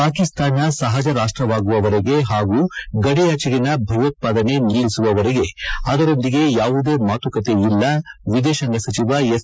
ಪಾಕಿಸ್ತಾನ ಸಹಜ ರಾಷ್ಟ್ರವಾಗುವವರೆಗೆ ಹಾಗೂ ಗಡಿಯಾಚೆಗಿನ ಭಯೋತ್ಪಾದನೆ ನಿಲ್ಲಿಸುವವರೆಗೂ ಅದರೊಂದಿಗೆ ಯಾವುದೇ ಮಾತುಕತೆ ಇಲ್ಲ ವಿದೇಶಾಂಗ ಸಚಿವ ಎಸ್